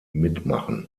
mitmachen